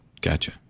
Gotcha